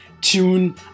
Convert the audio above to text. tune